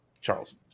Charles